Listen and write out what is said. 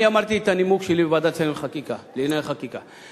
אני אמרתי את הנימוק שלי בוועדת השרים לענייני חקיקה,